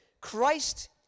Christ